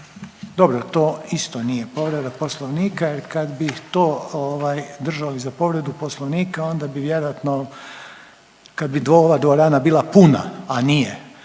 Dobro, to isto nije povreda Poslovnika jer kad bih to ovaj držali za povredu Poslovnika onda bi vjerojatno kad bi ova dvorana bila puna, a nije